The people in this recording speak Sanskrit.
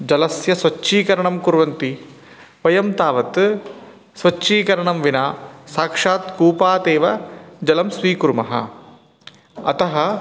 जलस्य स्वच्छीकरणं कुर्वन्ति वयं तावत् स्वच्छीकरणं विना साक्षात् कूपादेव जलं स्वीकुर्मः अतः